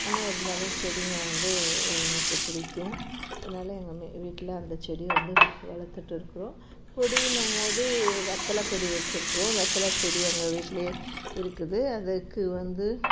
ஆனால் இருந்தாலும் செடிங்க வந்து எனக்கு பிடிக்கும் அதனால் எங்கள் வீட்டில் அந்த செடியை வந்து வளர்த்துட்டு இருக்கிறோம் கொடின்னும் போது வெற்றில கொடி வைச்சிருக்குறோம் வெற்றில செடி எங்கள் வீட்டுலயே இருக்குது அதுக்கு வந்து